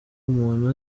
umuntu